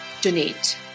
donate